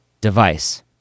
device